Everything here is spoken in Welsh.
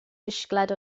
disgled